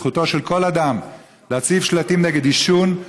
זכותו של כל אדם להציב שלטים נגד עישון,